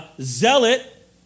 zealot